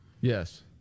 Yes